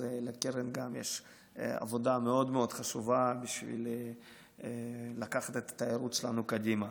אז גם לקרן יש עבודה מאוד מאוד חשובה בשביל לקחת את התיירות שלנו קדימה.